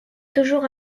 toujours